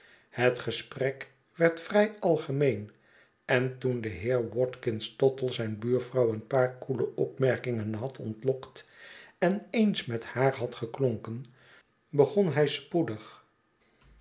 het gesprek werd vrij algemeen en toen de heer watkins tottle zijn buurvrouw een paar koele opmerkingen had ontlokt en eens met haar had geklonken begon hij spoedig